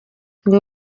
ngo